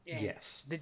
yes